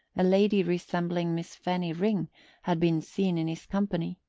a lady resembling miss fanny ring had been seen in his company.